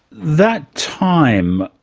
that time.